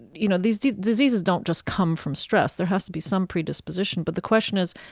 you know, these diseases don't just come from stress. there has to be some predisposition. but the question is,